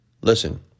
Listen